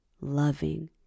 loving